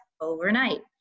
overnight